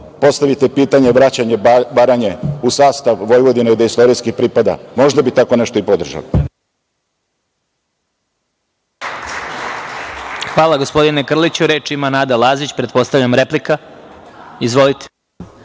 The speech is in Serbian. postavite pitanje vraćanje Baranje u sastav Vojvodine, gde istorijski pripada. Možda bi tako nešto i podržali.